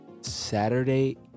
Saturday